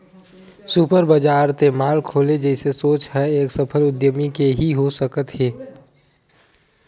super बजार ते mall खोले जइसे सोच ह एक सफल उद्यमी के ही हो सकत हे